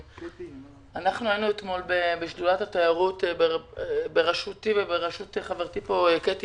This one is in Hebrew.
היינו אתמול בשדולת התיירות בראשותי ובראשות חברתי קטי